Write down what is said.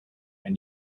and